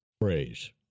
phrase